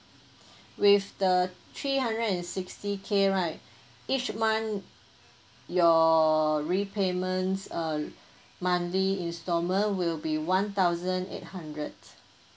with the three hundred and sixty K right each month your repayments uh monthly installment will be one thousand eight hundred